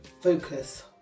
focus